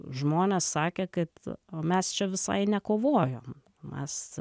žmonės sakė kad mes čia visai nekovojom mes